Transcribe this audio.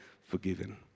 forgiven